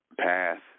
path